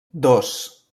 dos